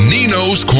Nino's